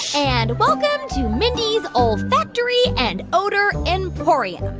and welcome to mindy's olfactory and odor emporium.